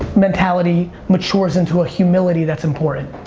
mentality matures into a humility that's important.